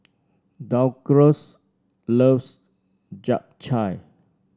Douglass loves Japchae